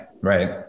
right